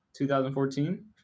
2014